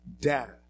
data